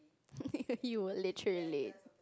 you will literally